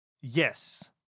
Yes